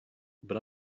but